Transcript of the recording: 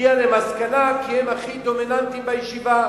הגיע למסקנה כי הם הכי דומיננטיים בישיבה.